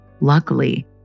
Luckily